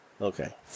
Okay